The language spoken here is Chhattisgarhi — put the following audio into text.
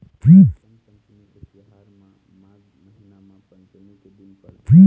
बसंत पंचमी के तिहार ह माघ महिना म पंचमी के दिन परथे